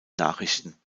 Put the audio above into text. nachrichten